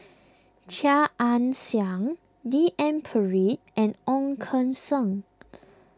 Chia Ann Siang D N Pritt and Ong Keng Sen